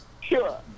Sure